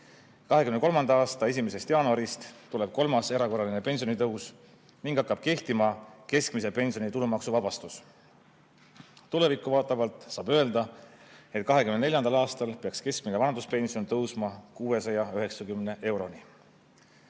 2023. aasta 1. jaanuarist tuleb kolmas erakorraline pensionitõus ning hakkab kehtima keskmise pensioni tulumaksuvabastus. Tulevikku vaatavalt saab öelda, et 2024. aastal peaks keskmine vanaduspension tõusma 690 euroni.